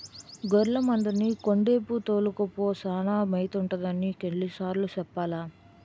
గొర్లె మందని కొండేపు తోలుకపో సానా మేతుంటదని నీకెన్ని సార్లు సెప్పాలా?